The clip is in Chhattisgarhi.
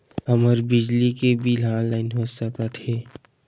हमर बिजली के बिल ह ऑनलाइन हो सकत हे?